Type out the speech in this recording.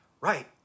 Right